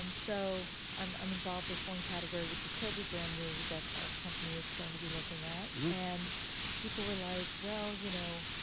um so, i'm i'm involved with one category which is totally brand new that our company is going to be looking at. and people were like, well, you know,